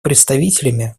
представителями